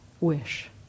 wish